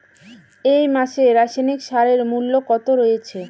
এই মাসে রাসায়নিক সারের মূল্য কত রয়েছে?